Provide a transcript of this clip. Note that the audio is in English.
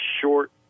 short